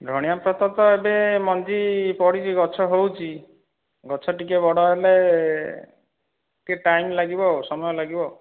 ଧନିଆ ପତ୍ର ତ ଏବେ ମଞ୍ଜି ପଡ଼ିଛି ଗଛ ହେଉଛି ଗଛ ଟିକିଏ ବଡ଼ ହେଲେ ଟିକିଏ ଟାଇମ୍ ଲାଗିବ ସମୟ ଲାଗିବ